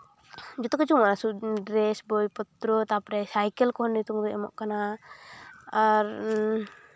ᱡᱚᱛᱚ ᱠᱤᱪᱷᱩ ᱰᱨᱮᱥ ᱵᱳᱭ ᱯᱚᱛᱨᱚ ᱛᱟᱨᱯᱚᱨᱮ ᱥᱟᱭᱠᱮᱞ ᱠᱚᱦᱚᱸ ᱱᱤᱛᱚᱝ ᱫᱚ ᱮᱢᱚᱜ ᱠᱟᱱᱟ ᱟᱨ